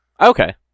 Okay